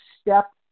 step